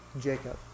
Jacob